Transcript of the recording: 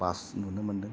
बास नुनो मोनदों